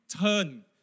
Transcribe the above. Turn